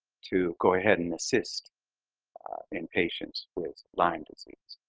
to go ahead and assist in patients with lyme disease.